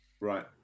Right